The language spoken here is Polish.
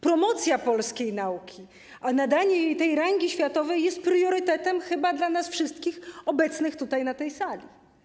Promocja polskiej nauki, a nadanie jej tej rangi światowej jest priorytetem chyba dla nas wszystkich obecnych tutaj na tej sali.